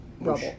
rubble